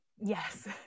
Yes